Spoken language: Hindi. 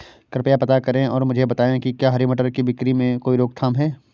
कृपया पता करें और मुझे बताएं कि क्या हरी मटर की बिक्री में कोई रोकथाम है?